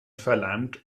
verleimt